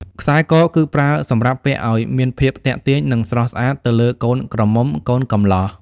ខ្សែក គឺប្រើសម្រាប់ពាក់អោយមានភាពទាក់ទាញនិងស្រស់ស្អាតទៅលើកូនក្រមុំកូនកំលោះ។